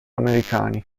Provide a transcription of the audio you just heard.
americani